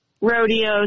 rodeos